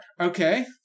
Okay